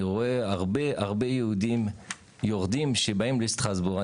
רואה הרבה הרבה יהודים יורדים שבאים לשטרסבורג.